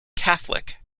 catholic